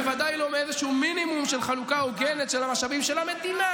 בוודאי לא מאיזה מינימום של חלוקה הוגנת של המשאבים של המדינה,